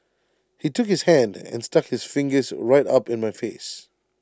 he took his hand and stuck his fingers right up in my face